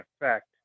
effect